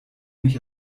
nicht